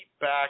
back